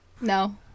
No